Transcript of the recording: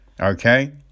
okay